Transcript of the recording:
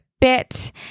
bit